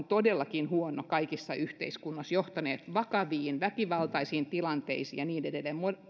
todellakin huono kaikissa yhteiskunnissa se on johtanut vakaviin väkivaltaisiin tilanteisiin ja niin edelleen